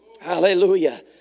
hallelujah